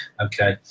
Okay